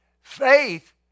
Faith